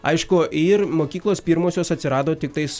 aišku ir mokyklos pirmosios atsirado tiktais